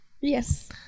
yes